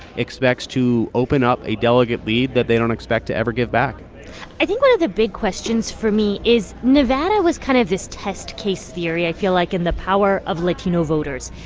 expects to open up a delegate lead that they don't expect to ever give back i think one of the big questions for me is nevada was kind of this test case theory, i feel like, in the power of latino voters.